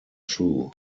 shoe